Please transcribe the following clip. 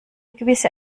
gewisse